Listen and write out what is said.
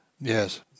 Yes